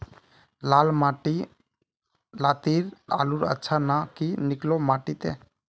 लाल माटी लात्तिर आलूर अच्छा ना की निकलो माटी त?